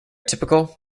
typical